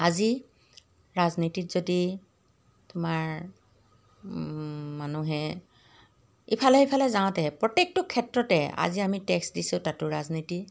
আজি ৰাজনীতিত যদি তোমাৰ মানুহে ইফালে ইফালে যাওঁতে প্ৰত্যেকটো ক্ষেত্ৰতে আজি আমি টেক্স দিছোঁ তাতো ৰাজনীতি